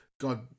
God